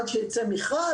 עד שיצא מכרז,